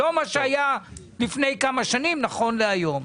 לא מה שהיה לפני כמה שנים, נכון להיום.